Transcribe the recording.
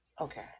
Okay